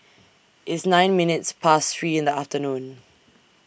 It's nine minutes Past three in The afternoon